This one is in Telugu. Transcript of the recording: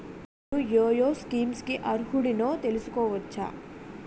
నేను యే యే స్కీమ్స్ కి అర్హుడినో తెలుసుకోవచ్చా?